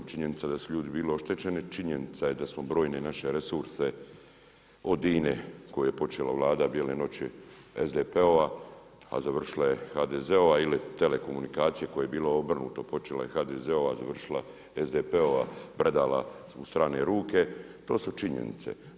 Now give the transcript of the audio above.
Činjenica je da su ljudi bili oštećeni, činjenica je da smo brojne naše resurse od INA-e koja je počela Vlada bijele noći SDP-ova a a završila je HDZ-ova ili telekomunikacije koje je bilo obrnuto, počela je HDZ-ova, a završila SDP-ova predala u strane ruke, to su činjenice.